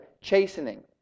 chastening